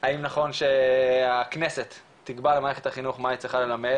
האם נכון הכנסת תקבע למערכת החינוך מה היא צריכה ללמד?